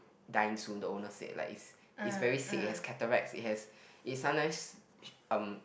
dying soon the owner said like it's it's very sick it has cataracts it has it sometimes she um